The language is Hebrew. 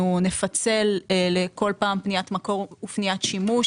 נפצל כל פעם לפניית מקור ופניית שימוש,